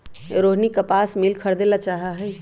रोहिनी कपास मिल खरीदे ला चाहा हई